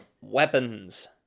weapons